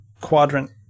quadrant